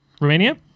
Romania